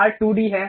part 2d है